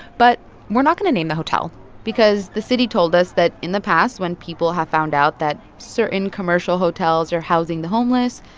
but we're not going to name the hotel because the city told us that in the past, when people have found out that certain commercial hotels are housing the homeless,